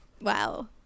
wow